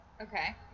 Okay